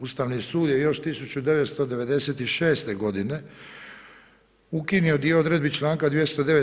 Ustavni sud je još 1996. godine ukinuo dio odredbi članka 209.